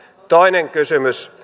toinen kysymys